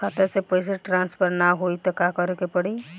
खाता से पैसा टॉसफर ना होई त का करे के पड़ी?